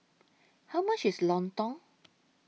How much IS Lontong